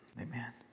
Amen